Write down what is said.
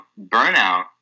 burnout